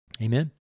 Amen